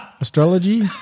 astrology